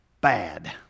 bad